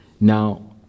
now